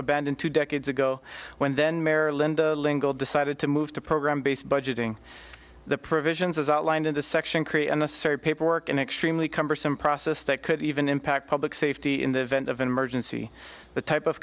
abandon two decades ago when then mer linda lingle decided to move the program based budgeting the provisions as outlined in the section create unnecessary paperwork an extremely cumbersome process that could even impact public safety in the event of an emergency the type of